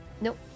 nope